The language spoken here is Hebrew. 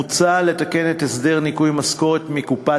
מוצע לתקן את הסדר ניכוי משכורת מקופה